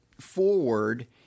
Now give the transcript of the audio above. forward